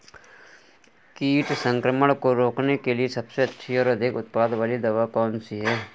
कीट संक्रमण को रोकने के लिए सबसे अच्छी और अधिक उत्पाद वाली दवा कौन सी है?